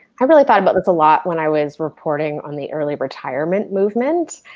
i really thought about this a lot when i was reporting on the early-retirement movement,